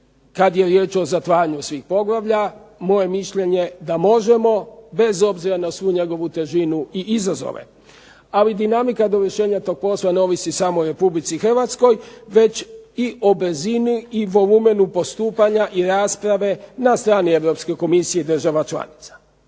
kad je riječ o zatvaranju svih poglavlja, moje mišljenje da možemo bez obzira na svu njegovu težinu i izazove, ali dinamika dovršenja tog posla ne ovisi samo o Republici Hrvatskoj, već i o brzini i volumenu postupanja i rasprave na strani Europske Komisije i država članica.